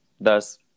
Thus